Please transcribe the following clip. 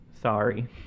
sorry